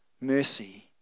mercy